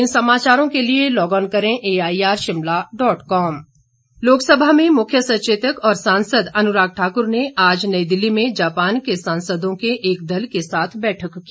अनुराग लोकसभा में मुख्य सचेतक और सांसद अनुराग ठाकुर ने आज नई दिल्ली में जापान के सांसदों के एक दल के साथ बैठक की